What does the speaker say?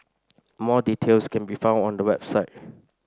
more details can be found on the website